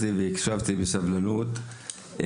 הרשימה הערבית המאוחדת): ישבתי והקשבתי בסבלנות.